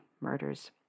murders